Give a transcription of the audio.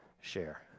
share